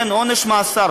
כן, עונש מאסר.